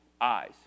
eyes